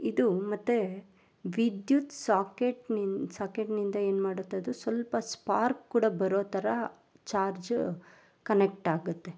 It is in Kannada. ಇದು ಮತ್ತೆ ವಿದ್ಯುತ್ ಸಾಕೆಟಿನಿಂ ಸಾಕೆಟಿನಿಂದ ಏನು ಮಾಡುತ್ತದು ಸ್ವಲ್ಪ ಸ್ಪಾರ್ಕ್ ಕೂಡ ಬರೋ ಥರ ಚಾರ್ಜ್ ಕನೆಕ್ಟ್ ಆಗುತ್ತೆ